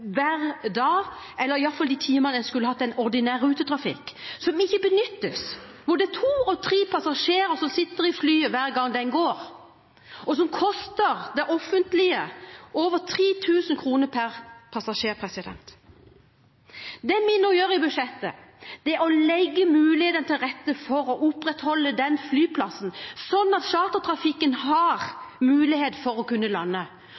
hver dag – eller iallfall de timene en skulle hatt ordinær rutetrafikk som ikke benyttes, hvor det er to–tre passasjerer som sitter i flyet hver gang det går, og som koster det offentlige over 3 000 kr per passasjer. Det vi nå gjør i budsjettet, er å legge til rette for mulighetene til å opprettholde den flyplassen sånn at chartertrafikken har mulighet for å kunne